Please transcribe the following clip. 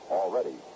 already